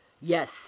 Yes